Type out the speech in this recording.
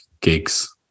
gigs